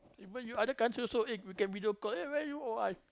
even you other country also eh you can video call eh where you all